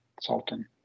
Sultan